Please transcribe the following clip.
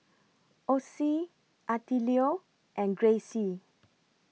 Ossie Attilio and Grayce